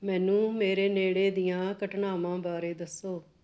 ਮੈਨੂੰ ਮੇਰੇ ਨੇੜੇ ਦੀਆਂ ਘਟਨਾਵਾਂ ਬਾਰੇ ਦੱਸੋ